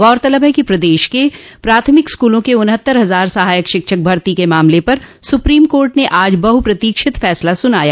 गौरतलब है कि प्रदेश के प्राथमिक स्कूलों में उन्हत्तर हजार सहायक शिक्षक भर्ती के मामले पर सुप्रीम कोर्ट ने आज बहुप्रतीक्षित फैसला सुनाया